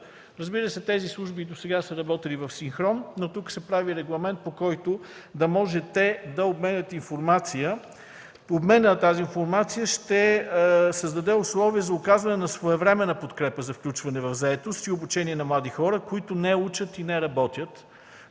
заетостта. Тези служби досега са работили в синхрон, но тук се прави регламент, по който да може те да обменят информация. Обменът на тази информация ще създаде условия за оказване на своевременна подкрепа за включване в заетост и обучение на млади хора, които не учат и не работят.